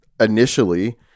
initially